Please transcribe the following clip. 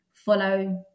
follow